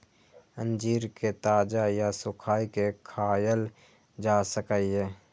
अंजीर कें ताजा या सुखाय के खायल जा सकैए